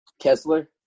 Kessler